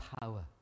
power